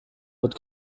wird